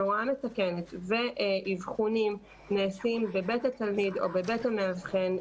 שהוראה מתקנת ואבחונים נעשים בבית התלמיד או בבית המאבחן,